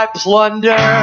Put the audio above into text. plunder